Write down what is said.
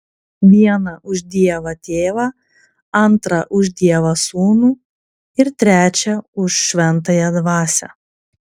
vieną už dievą tėvą antrą už dievą sūnų ir trečią už šventąją dvasią